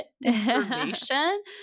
information